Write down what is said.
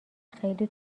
خیلی